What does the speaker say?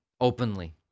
openly